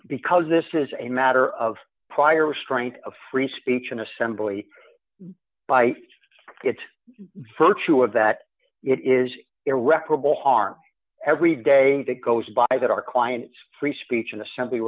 because this is a matter of prior restraint of free speech and assembly by its search to of that it is irreparable harm every day that goes by that our clients free speech and assembly